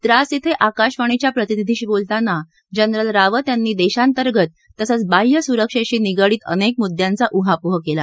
द्रास इथे आकाशवाणीच्या प्रतिनिधीशी बोलताना जनरल रावत यांनी देशांतर्गत तसंच बाह्य सुरक्षेशी निगडित अनेक मुद्यांचा उहापोह केला